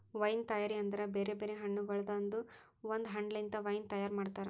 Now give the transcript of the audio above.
wine ತೈಯಾರಿ ಅಂದುರ್ ಬೇರೆ ಬೇರೆ ಹಣ್ಣಗೊಳ್ದಾಂದು ಒಂದ್ ಹಣ್ಣ ಲಿಂತ್ ವೈನ್ ತೈಯಾರ್ ಮಾಡ್ತಾರ್